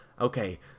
okay